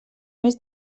més